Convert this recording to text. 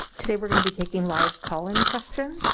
today we're going to be taking live call-in questions.